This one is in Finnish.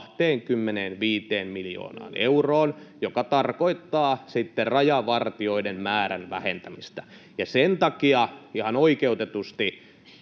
25 miljoonaan euroon, mikä tarkoittaa sitten rajavartijoiden määrän vähentämistä. Sen takia, ihan oikeutetusti,